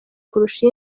kurusha